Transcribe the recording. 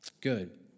Good